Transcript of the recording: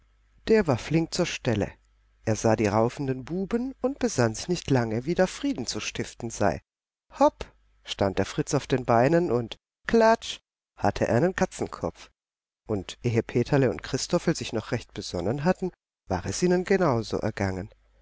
der war flink zur stelle er sah die raufenden buben und besann sich nicht lange wie da frieden zu stiften sei hopp stand der fritz auf den beinen und klatsch hatte er einen katzenkopf und ehe peterle und christophel sich noch recht besonnen hatten war es ihnen genau so gegangen